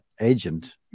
agent